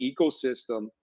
ecosystem